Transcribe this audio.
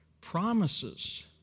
promises